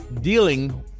dealing